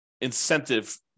incentive